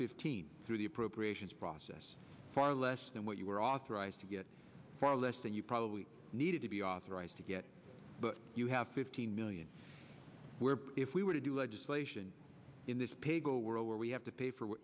fifteen through the appropriations process far less than what you were authorized to get far less than you probably needed to be authorized to get but you have fifteen million were if we were to do legislation in this paygo world where we have to pay for